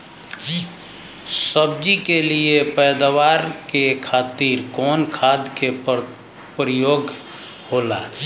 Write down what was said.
सब्जी के लिए पैदावार के खातिर कवन खाद के प्रयोग होला?